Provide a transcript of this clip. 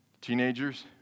Teenagers